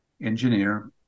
engineer